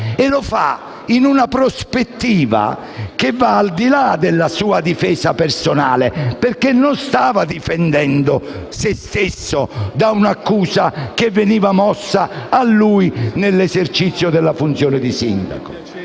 e lo ha fatto in una prospettiva che va al di là della sua difesa personale, perché non stava difendendo sé stesso da un'accusa che veniva mossa a lui nell'esercizio della funzione di sindaco;